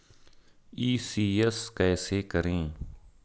ECS कैसे करें?